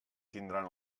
tindran